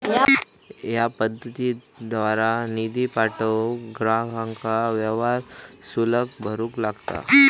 या पद्धतीद्वारा निधी पाठवूक ग्राहकांका व्यवहार शुल्क भरूक लागता